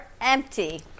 empty